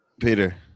Peter